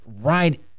right